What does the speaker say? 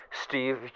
Steve